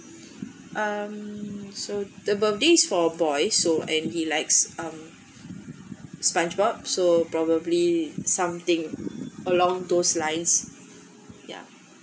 um so the birthday is for boy so and he likes um sponge bob so probably something along those lines ya